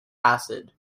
acid